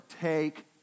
take